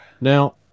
Now